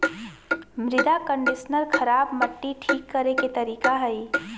मृदा कंडीशनर खराब मट्टी ठीक करे के तरीका हइ